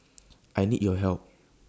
I need your help